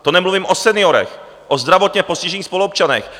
To nemluvím o seniorech, o zdravotně postižených spoluobčanech.